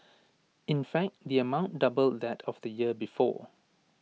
in fact the amount doubled that of the year before